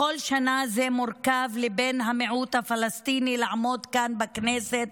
בכל שנה זה מורכב לבן המיעוט הפלסטיני לעמוד כאן בכנסת,